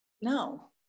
no